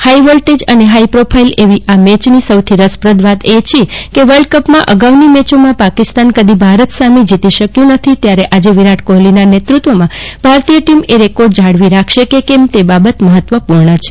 ફાઈવોલ્ટેજ અને ફાઈપ્રોફાઈલ એવી આ મેચની સૌથી રસપ્રદ વાત એ છે કે વલ્ડકપમાં અગાઉની મેચોમાં પાકિસ્તાન કદી ભારત સામે જીતી શક્યુ નથી ત્યારે આજે વિરાટ કોફલીના નેતૃત્વમાં ભારતીય ટીમ એ રેકોર્ડ જાળવી રાખશે કે કેમ તે બાબત મફત્વપૂર્ણ છે